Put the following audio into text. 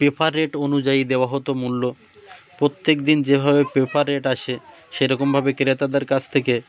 prefer rate অনুযায়ী দেওয়া হতো মূল্য প্রত্যেক দিন যেভাবে প্রেফার রেট আসে সেরকমভাবে ক্রেতাদের কাছ থেকে